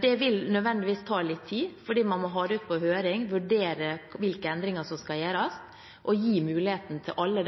Det vil nødvendigvis ta litt tid, for man må ha det ut på høring, vurdere hvilke endringer som skal gjøres, og gi alle